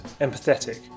empathetic